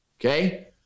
okay